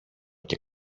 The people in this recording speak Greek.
και